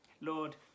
Lord